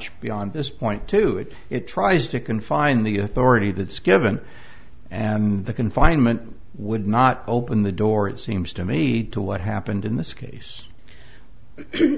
c beyond this point to it it tries to confine the authority that's given and the confinement would not open the door it seems to me to what happened in this case